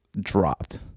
dropped